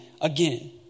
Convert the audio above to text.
again